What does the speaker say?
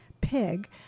pig